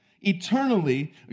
eternally